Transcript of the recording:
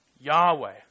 Yahweh